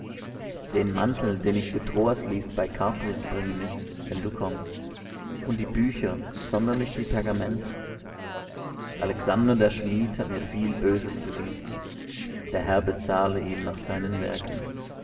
den mantel den ich zu troas ließ bei karpus bringe mit wenn du kommst und die bücher sonderlich die pergamente alexander der schmied hat mir viel böses bewiesen der herr bezahle ihm nach seinen werken